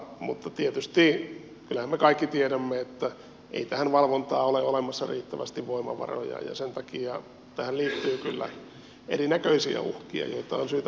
mutta kyllähän me kaikki tiedämme että ei tähän valvontaan ole olemassa riittävästi voimavaroja ja sen takia tähän liittyy kyllä erinäköisiä uhkia joita on syytä vakavasti käsitellä